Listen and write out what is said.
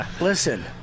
Listen